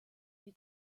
die